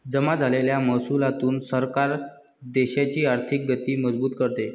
जमा झालेल्या महसुलातून सरकार देशाची आर्थिक गती मजबूत करते